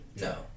No